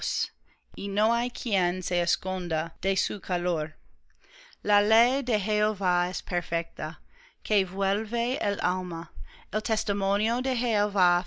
y no hay quien se esconda de su calor la ley de jehová es perfecta que vuelve el alma el testimonio de